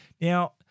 Now